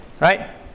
Right